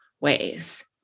ways